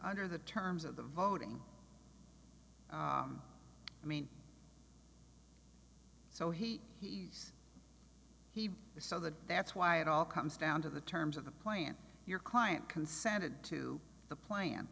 under the terms of the voting i mean so he he's he is so that that's why it all comes down to the terms of the plant your client consented to the plan